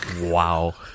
Wow